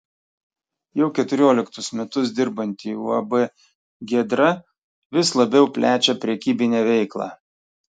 jau keturioliktus metus dirbanti uab giedra vis labiau plečia prekybinę veiklą